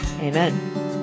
Amen